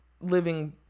living